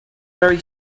very